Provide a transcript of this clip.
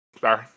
Sorry